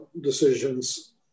decisions